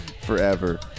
forever